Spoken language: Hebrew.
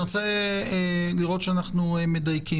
אני רוצה לראות שאנחנו מדייקים.